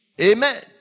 Amen